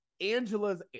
Angela's